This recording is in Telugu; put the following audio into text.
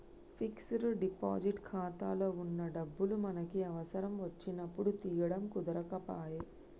ఫిక్స్డ్ డిపాజిట్ ఖాతాలో వున్న డబ్బులు మనకి అవసరం వచ్చినప్పుడు తీయడం కుదరకపాయె